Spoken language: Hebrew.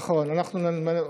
נכון, נכון.